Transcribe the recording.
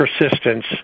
persistence